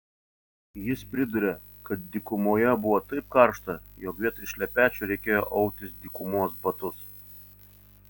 jis priduria kad dykumoje buvo taip karšta jog vietoj šlepečių reikėjo autis dykumos batus